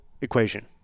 equation